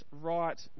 right